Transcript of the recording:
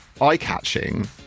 eye-catching